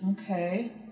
Okay